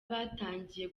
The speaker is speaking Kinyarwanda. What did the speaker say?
batangiye